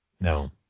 no